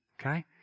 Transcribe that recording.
okay